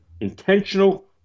intentional